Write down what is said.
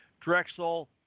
Drexel